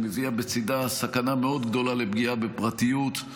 מביאה בצידה סכנה מאוד גדולה לפגיעה בפרטיות.